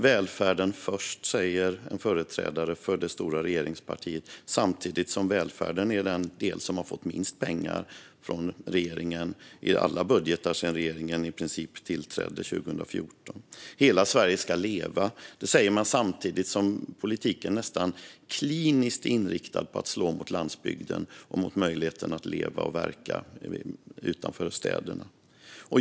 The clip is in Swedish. Välfärden först, säger en företrädare för det stora regeringspartiet samtidigt som välfärden är den del som fått minst pengar från regeringen i alla budgetar i princip sedan regeringen tillträdde 2014. Hela Sverige ska leva, säger man samtidigt som politiken är nästan kliniskt inriktad på att slå mot landsbygden och mot möjligheten att leva och verka utanför städerna.